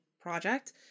project